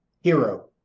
hero